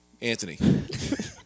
Anthony